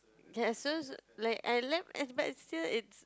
can so like I left but still it's